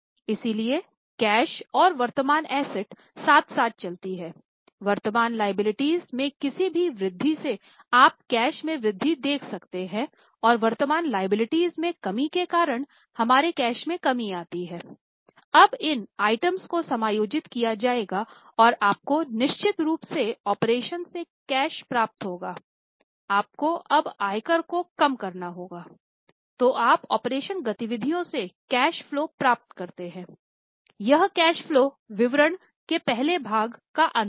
इसलिए कैश और वर्तमान एसेट साथ साथ चलती हैं वर्तमान लिएबिलिटीज़ विवरण के पहले भाग का अंत है